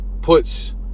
puts